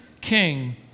king